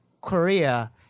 Korea